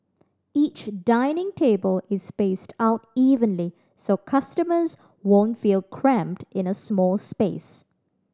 each dining table is spaced out evenly so customers won't feel cramped in a small space